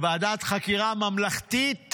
וועדת חקירה ממלכתית